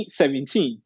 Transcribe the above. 2017